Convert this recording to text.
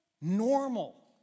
normal